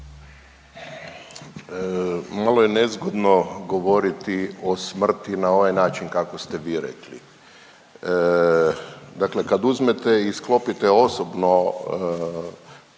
Malo je nezgodno govoriti o smrti na ovaj način kako ste vi rekli. Dakle kad uzmete i sklopite osobno